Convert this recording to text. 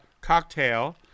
cocktail